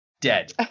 dead